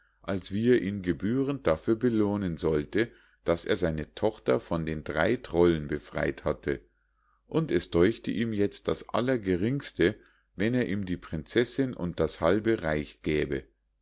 als wie er ihn gebührend dafür belohnen sollte daß er seine tochter von den drei trollen befrei't hatte und es däuchte ihm jetzt das allergeringste wenn er ihm die prinzessinn und das halbe reich gäbe